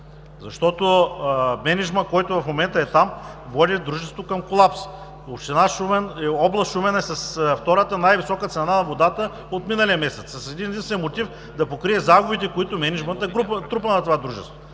Защото мениджмънтът, който в момента е там, води дружеството към колапс. Община Шумен и област Шумен е с втората най-висока цена на водата от миналия месец. С един, единствен мотив да покрие загубите, които мениджмънтът трупа на това дружество.